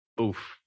oof